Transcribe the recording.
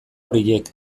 horiek